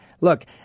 Look